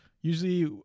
usually